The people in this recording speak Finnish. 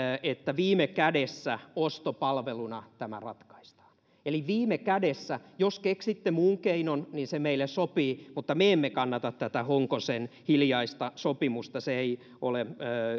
että viime kädessä ostopalveluna tämä ratkaistaan eli viime kädessä jos keksitte muun keinon niin se meille sopii mutta me emme kannata tätä honkosen hiljaista sopimusta se ei ole